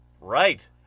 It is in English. Right